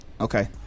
Okay